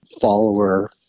follower